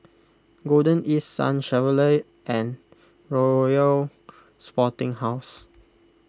Golden East Sun Chevrolet and Royal Sporting House